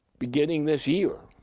beginning this year